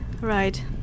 right